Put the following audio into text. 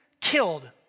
killed